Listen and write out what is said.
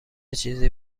چیزی